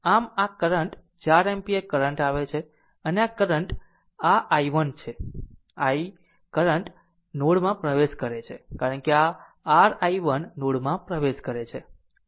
આમ આ current 4 ampere current આવે છે અને આ કરંટ આ i1 કરંટ આ છે i i કરંટ નોડ માં પ્રવેશ કરે છે કારણ કે આ r i1 નોડ માં પ્રવેશ કરે છે